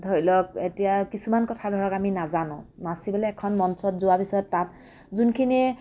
ধৰি লওক এতিয়া কিছুমান কথা ধৰক আমি নাজানো নাচিবলৈ এখন মঞ্চত যোৱাৰ পিছত তাত যোনখিনিয়ে